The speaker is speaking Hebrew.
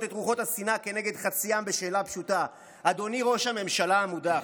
את רוחות השנאה כנגד חצי עם בשאלה פשוטה: אדוני ראש הממשלה המודח,